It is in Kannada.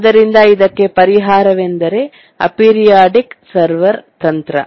ಆದ್ದರಿಂದ ಇದಕ್ಕೆ ಪರಿಹಾರವೆಂದರೆ ಅಪೆರಿಯೋಡಿಕ್ ಸರ್ವರ್ ತಂತ್ರ